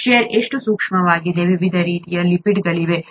share ಎಷ್ಟು ಸೂಕ್ಷ್ಮವಾಗಿದೆ ವಿವಿಧ ರೀತಿಯ ಲಿಪಿಡ್ಗಳಿವೆ